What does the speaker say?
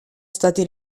stati